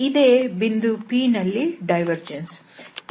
ಇದೇ ಬಿಂದು P ನಲ್ಲಿ ಡೈವರ್ಜೆನ್ಸ್